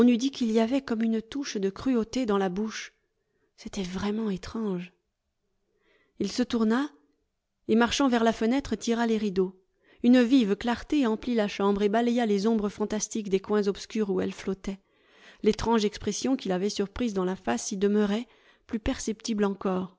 qu'il y avait comme une touche de cruauté dans la bouche c'était vraiment étrange il se tourna et marchant vers la fenêtre tira les rideaux une vive clarté emplit la chambre et balaya les ombres fantastiques des coins obscurs où elles flottaient l'étrange expression qu'il axait surprise dans la face y demeurait plus perceptible encore